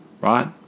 Right